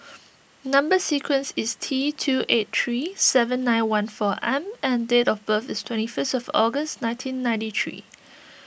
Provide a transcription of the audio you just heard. Number Sequence is T two eight three seven nine one four M and date of birth is twenty first of August nineteen ninety three